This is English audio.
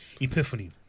epiphany